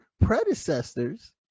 predecessors